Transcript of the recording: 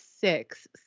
six